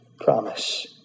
promise